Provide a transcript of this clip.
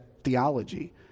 Theology